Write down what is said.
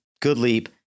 Goodleap